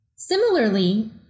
Similarly